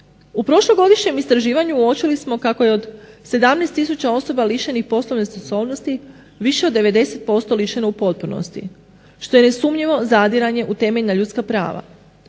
U prošlogodišnjem istraživanju uočilo smo kako je od 17 tisuća osoba lišenih poslovne sposobnosti, više od 90% lišeno u potpunosti. Što je nesumnjivo zadiranje u temeljna ljudska prava.